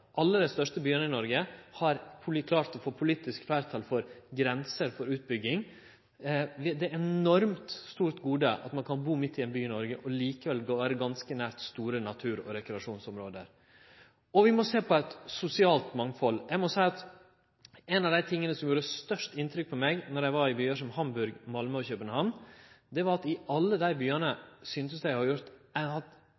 Alle dei største byane i Noreg har klart å få politisk fleirtal for grenser for utbygging. Det er eit enormt stort gode at ein kan bu midt i ein by i Noreg og likevel vere ganske nær store natur- og rekreasjonsområde. Vi må òg sjå på eit sosialt mangfald. Eg må seie at ein av dei tinga som gjorde størst inntrykk på meg i byar som Hamburg, Malmø og København, var at i alle dei byane